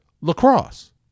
lacrosse